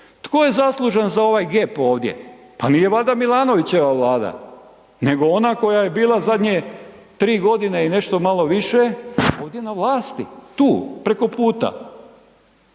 Tko je zaslužan za ovaj gap ovdje? Pa nije valjda Milanovićeva Vlada nego ona koja je bila zadnje 3 g. i nešto malo više ovdje na vlasti, tu, preko puta.